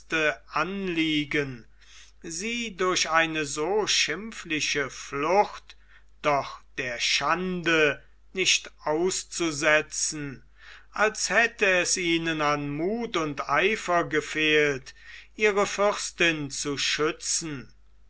anliegen sie durch eine so schimpfliche flucht doch der schande nicht auszusetzen als hätte es ihnen an muth oder eifer gefehlt ihre fürstin zu schützen